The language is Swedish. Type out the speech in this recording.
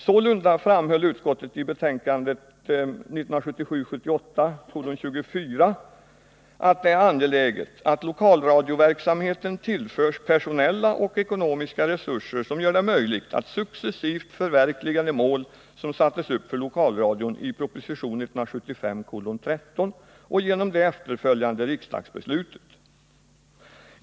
Sålunda framhöll utskottet i betänkande 1977/78:24 att det är angeläget att lokalradioverksamheten tillförs personella och ekonomiska resurser som gör det möjligt att successivt förverkliga de mål som sattes upp för lokalradion i proposition 1975:13 och genom det efterföljande riksdagsbeslutet.